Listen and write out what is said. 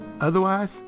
Otherwise